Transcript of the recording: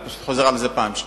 אני פשוט חוזר על זה פעם שנייה.